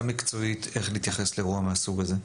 מקצועית כיצד להתייחס לאירוע מהסוג הזה.